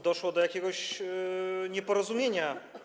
Doszło do jakiegoś nieporozumienia.